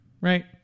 right